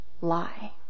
lie